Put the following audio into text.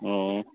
ꯑꯣ